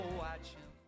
watching